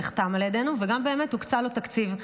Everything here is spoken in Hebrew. נחתם על ידנו וגם באמת הוקצה לו תקציב.